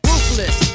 Ruthless